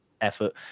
effort